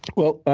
well,